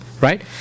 right